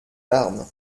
larme